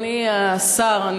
אדוני השר,